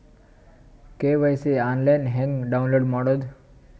KYC online ಹೆಂಗ್ download ಮಾಡೋದು?